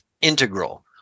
integral